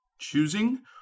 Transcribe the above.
choosing